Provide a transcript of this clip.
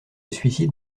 suicide